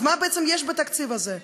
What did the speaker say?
אז מה בעצם יש בתקציב הזה?